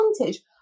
advantage